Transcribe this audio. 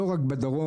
לא רק בדרום.